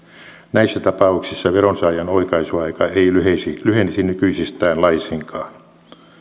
näissä tapauksissa veronsaajan oikaisuaika ei lyhenisi lyhenisi nykyisestään laisinkaan